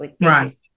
Right